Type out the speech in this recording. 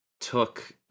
took